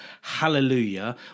hallelujah